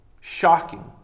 shocking